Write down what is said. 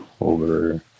over